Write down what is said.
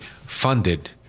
funded